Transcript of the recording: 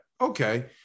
Okay